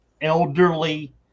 elderly